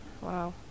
Wow